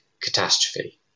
catastrophe